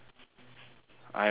I am